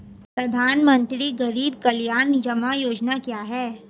प्रधानमंत्री गरीब कल्याण जमा योजना क्या है?